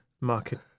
Market